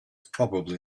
probably